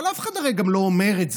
אבל אף אחד הרי גם לא אומר את זה.